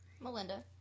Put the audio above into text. Melinda